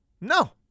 no